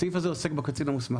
הסעיף הזה עוסק בקצין המוסמך.